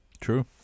True